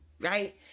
right